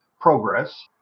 progress